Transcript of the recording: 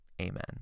Amen